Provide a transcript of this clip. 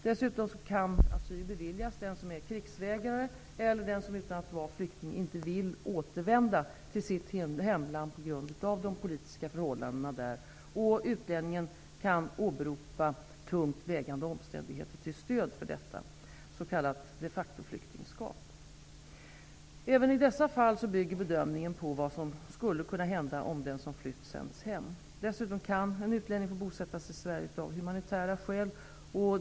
Dessutom kan asyl beviljas den som är krigsvägrare eller den som utan att vara flykting inte vill återvända till sitt hemland på grund av de politiska förhållandena där och kan åberopa tungt vägande omständigheter till stöd för detta, s.k. de factoflyktingskap. Även i dessa fall bygger bedömningen på vad som skulle kunna hända om den som flytt sänds hem. Dessutom kan en utlänning få bosätta sig i Sverige av humanitära skäl.